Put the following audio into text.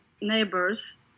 neighbors